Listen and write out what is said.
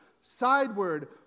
sideward